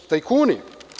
Tajkuni.